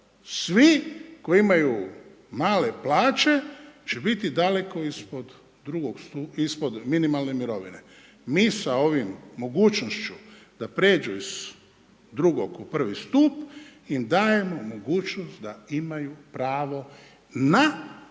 svi koji imaju male plaće će biti daleko ispod minimalne mirovine. Mi sa ovom mogućnošću da prijeđu iz II. u I. stup im dajemo mogućnost da imaju pravo na minimalnu